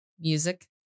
music